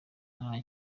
nta